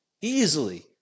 easily